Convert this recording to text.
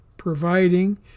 Providing